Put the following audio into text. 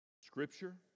Scripture